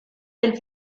del